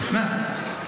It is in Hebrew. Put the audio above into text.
נכנס.